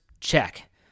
check